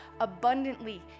abundantly